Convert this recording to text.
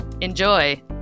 Enjoy